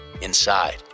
Inside